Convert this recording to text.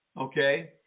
okay